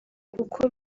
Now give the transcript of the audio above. kuko